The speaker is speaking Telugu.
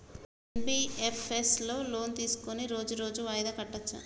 ఎన్.బి.ఎఫ్.ఎస్ లో లోన్ తీస్కొని రోజు రోజు వాయిదా కట్టచ్ఛా?